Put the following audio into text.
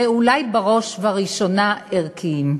ואולי בראש ובראשונה ערכיים.